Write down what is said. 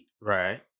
right